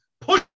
Push